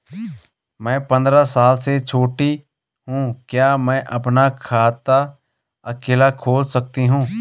मैं पंद्रह साल से छोटी हूँ क्या मैं अपना खाता अकेला खोल सकती हूँ?